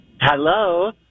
Hello